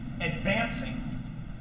advancing